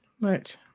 Right